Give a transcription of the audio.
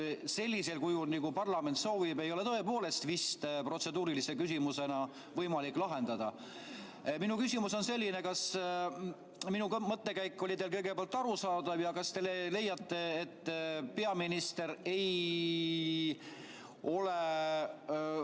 sellisel kujul, nagu parlament soovib, ei ole tõepoolest vist protseduurilise küsimusena võimalik lahendada. Minu küsimus on selline: kas minu mõttekäik oli teile arusaadav ja kas te leiate, et peaminister ei oma õigust